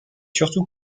surtout